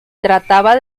trataba